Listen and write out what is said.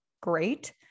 great